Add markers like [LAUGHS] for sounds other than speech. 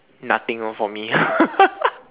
nothing orh for me [LAUGHS]